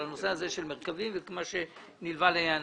על הנושא הזה של מרכבים ומה שנלווה לעניין.